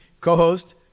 co-host